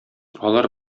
алар